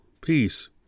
peace